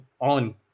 on